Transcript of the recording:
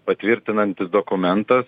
patvirtinantis dokumentas